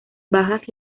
bajas